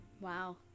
Wow